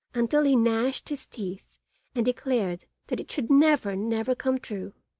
until he gnashed his teeth and declared that it should never, never come true.